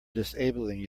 disabling